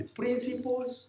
principles